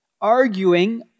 arguing